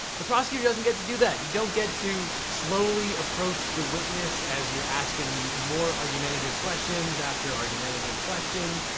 the prosecutor doesn't get to do that. you don't get to slowly approach the witness as your asking more argumentative questions after argumentative question.